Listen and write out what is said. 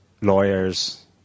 lawyers